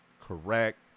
correct